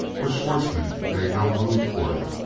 but schwartzmann made no move toward it.